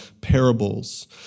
parables